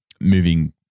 moving